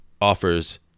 offers